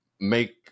make